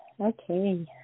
Okay